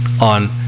on